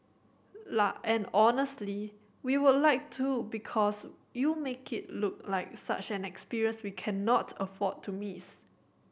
and honestly we would like to because you make it look like such an experience we cannot afford to miss